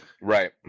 right